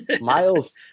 miles